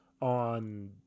on